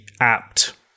apt